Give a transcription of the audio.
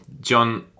john